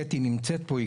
קטי נמצאת פה,